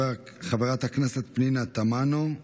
חברת הכנסת פנינה תמנו,